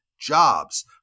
jobs